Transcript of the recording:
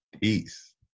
Peace